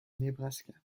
nebraska